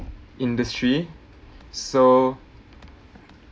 industry so